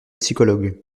psychologues